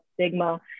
stigma